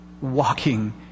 walking